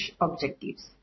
objectives